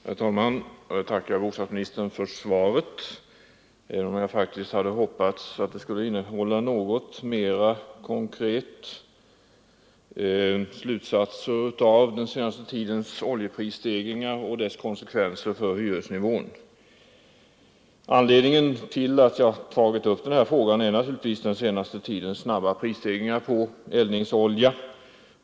Herr talman! Jag tackar bostadsministern för svaret på min enkla fråga, även om jag faktiskt hade hoppats att det skulle innehålla något mera konkreta slutsatser av den senaste tidens oljeprisstegringar och deras konsekvenser för hyresnivån. Anledningen till att jag tagit upp denna sak är naturligtvis den senaste tidens snabba prisstegringar på eldningsolja.